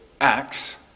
Acts